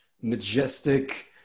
majestic